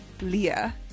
Leah